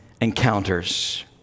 encounters